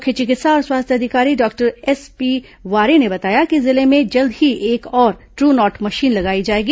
मुख्य चिकित्सा और स्वास्थ्य अधिकारी डॉक्टर एसपी वारे ने बताया कि जिले में जल्द ही एक और ट्र नॉट मशीन लगाई जाएगी